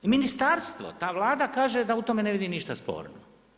Ministarstvo, ta Vlada kaže da u tome ne vidi ništa sporno.